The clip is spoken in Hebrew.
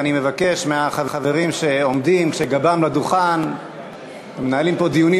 אני מבקש מהחברים שעומדים כשגבם לדוכן ומנהלים פה דיונים